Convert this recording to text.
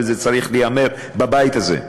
וזה צריך להיאמר בבית הזה,